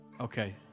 okay